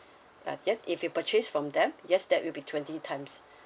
uh then if you purchase from them yes that will be twenty times